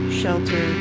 shelter